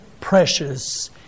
precious